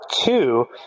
two